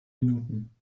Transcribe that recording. minuten